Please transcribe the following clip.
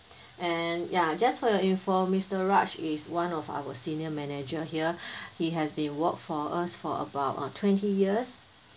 and ya just for your info mister raj is one of our senior manager here he has been worked for us for about twenty years